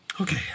Okay